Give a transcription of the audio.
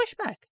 pushback